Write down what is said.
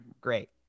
Great